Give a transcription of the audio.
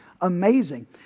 amazing